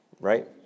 Right